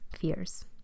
fears